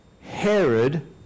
Herod